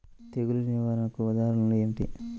తెగులు నిర్వహణకు ఉదాహరణలు ఏమిటి?